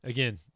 Again